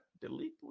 delete